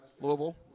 Louisville